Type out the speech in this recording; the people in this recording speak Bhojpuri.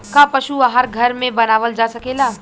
का पशु आहार घर में बनावल जा सकेला?